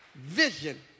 vision